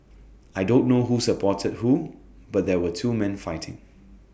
I don't know who supported who but there were two man fighting